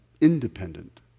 independent